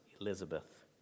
Elizabeth